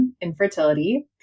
infertility